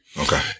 Okay